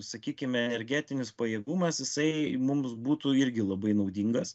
sakykime energetinis pajėgumas jisai mums būtų irgi labai naudingas